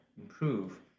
improve